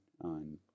on